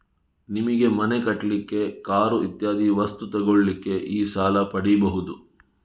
ನಿಮಿಗೆ ಮನೆ ಕಟ್ಲಿಕ್ಕೆ, ಕಾರು ಇತ್ಯಾದಿ ವಸ್ತು ತೆಗೊಳ್ಳಿಕ್ಕೆ ಈ ಸಾಲ ಪಡೀಬಹುದು